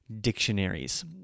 dictionaries